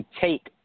take